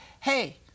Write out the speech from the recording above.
Hey